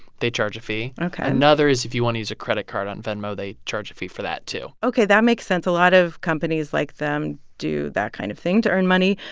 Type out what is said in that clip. they charge a fee ok another is if you want to use a credit card on venmo, they charge a fee for that, too ok, that makes sense. a lot of companies like them do that kind of thing to earn money.